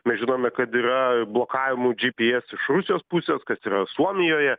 mes žinome kad yra blokavimų dži pi es iš rusijos pusės kas yra suomijoje